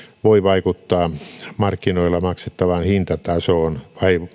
voi vaikuttaa markkinoilla maksettavaan hintatasoon